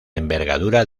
envergadura